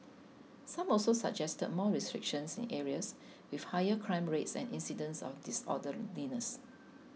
some also suggested more restrictions in areas with higher crime rates and incidents of disorderliness